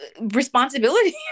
responsibility